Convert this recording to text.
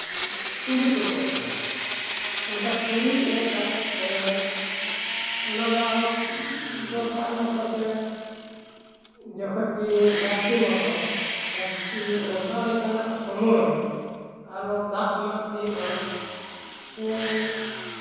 ᱛᱩᱲᱤ ᱠᱚᱠᱚ ᱮᱨᱟ ᱚᱱᱠᱟ ᱛᱩᱲᱤ ᱮᱨ ᱠᱟᱛᱮᱜ ᱯᱚᱨᱮ ᱚᱱᱟ ᱫᱚ ᱟᱨᱚ ᱫᱚᱨᱠᱟᱨ ᱢᱚᱛᱚ ᱥᱮ ᱡᱚᱠᱷᱚᱡ ᱜᱮ ᱞᱟᱹᱠᱛᱤ ᱢᱚᱛᱚ ᱞᱟᱹᱠᱛᱤ ᱚᱱᱠᱟ ᱞᱮᱠᱟᱱᱟᱜ ᱥᱚᱢᱚᱭ ᱟᱨ ᱫᱟᱜ ᱮᱢᱟᱜ ᱦᱩᱭᱩᱜᱼᱟ ᱥᱮ